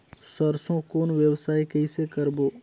सरसो कौन व्यवसाय कइसे करबो?